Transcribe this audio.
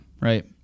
Right